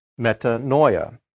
metanoia